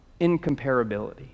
incomparability